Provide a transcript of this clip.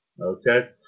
Okay